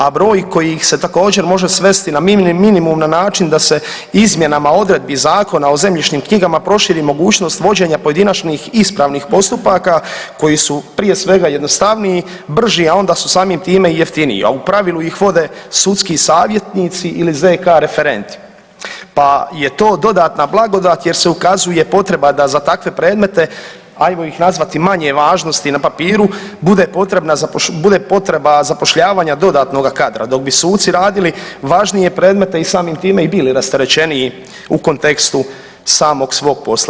A broj kojih ih se također može svesti na minimum na način da se izmjenama odredbi Zakona o zemljišnim knjigama proširi mogućnost vođenja pojedinačnih ispravnih postupaka koji su prije svega jednostavniji, brži, a onda su samim time i jeftiniji, a u pravilu ih vode sudski savjetnici iz zk-referenti pa je to dodatna blagodat jer se ukazuje potreba da za takve predmete, ajmo ih nazvati manje važnosti na papiru bude potrebna, bude potreba zapošljavanja dodatnoga kadra dok bi suci radili važnije predmete i samim time i bili rasterećeniji u kontekstu samoga svog posla.